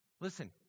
Listen